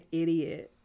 idiot